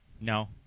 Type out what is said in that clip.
No